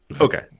Okay